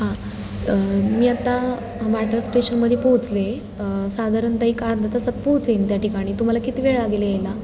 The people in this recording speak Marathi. हां मी आता वाठार स्टेशनमध्ये पोहोचले साधारणत एक अर्धा तासात पोहोचेन त्या ठिकाणी तुम्हाला किती वेळ लागेल यायला